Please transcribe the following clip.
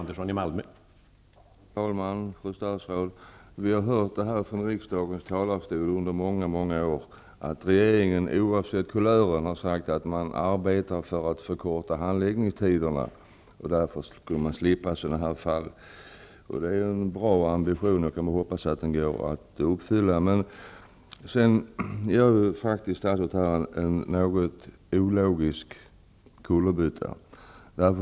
Herr talman! Fru statsråd! Tack för svaret. Vi har från riksdagens talarstol under många år hört att regeringen, oavsett kulör, har sagt att man arbetar för att förkorta handläggningstiderna, och därför kommer vi att slippa sådana här fall. Det är en bra ambition, och vi kan hoppas att den går att uppfylla. Statsrådet gör dock en något ologisk kullerbytta.